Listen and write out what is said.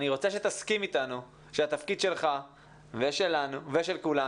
אני רוצה שתסכים איתנו שהתפקיד שלך ושל כולנו